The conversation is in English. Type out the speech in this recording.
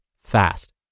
fast